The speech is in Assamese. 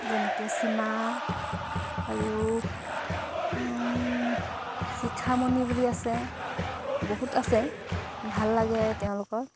যেনেকৈ সীমা আৰু শিখামণি বুলি আছে বহুত আছে ভাল লাগে তেওঁলোকৰ